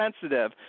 sensitive